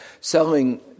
selling